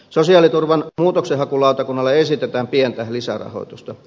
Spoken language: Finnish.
sosiaaliturvan muutoksenhakulautakunnalle esitetään pientä lisärahoitusta